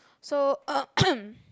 so